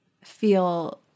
feel